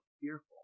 fearful